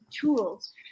tools